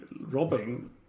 robbing